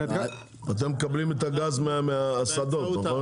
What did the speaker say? אתם מקבלים את הגז מהאסדות נכון?